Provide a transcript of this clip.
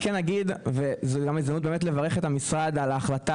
זו הזדמנות לברך את המשרד על ההחלטה